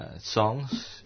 songs